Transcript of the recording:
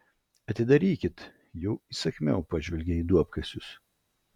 atidarykit jau įsakmiau pažvelgė į duobkasius